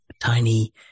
tiny